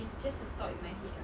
it's just a thought in my head ah